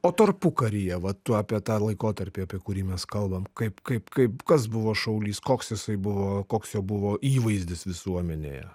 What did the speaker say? o tarpukaryje vat tu apie tą laikotarpį apie kurį mes kalbam kaip kaip kaip kas buvo šaulys koks jisai buvo koks jo buvo įvaizdis visuomenėje